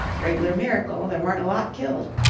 reg'lar miracle there wa'n't a lot killed.